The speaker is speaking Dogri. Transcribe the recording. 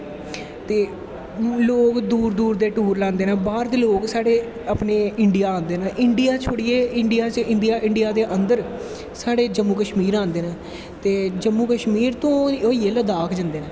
ते लोग दूर दूर दे टूर लांदे नै बाह्र दे साढ़ै अपनें इंडिया आंदा नै इंडिया शोड़ियै इंडिया दे अन्दर साढ़े जम्मू कश्मीर आंदे नै ते जम्मू कश्मीर तों होईयै लद्दाख जंदे नै